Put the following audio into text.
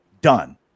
Done